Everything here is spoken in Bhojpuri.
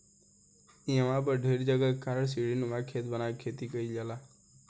इहवा पर ढेर जगह के कारण सीढ़ीनुमा खेत बना के खेती कईल जाला